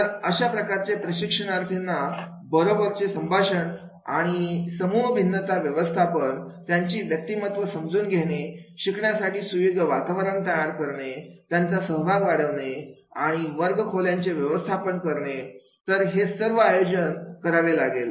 तर अशा प्रकारचे प्रशिक्षणार्थींना बरोबरचे संभाषण आणि समूह भिन्नता व्यवस्थापन त्यांची व्यक्तिमत्व समजून घेणे शिकण्यासाठी सुयोग्य वातावरण तयार करणे त्यांचा सहभाग वाढवणे आणि वर्गखोल्यांचे व्यवस्थापन करणे तर हे सर्व आयोजित करावे लागेल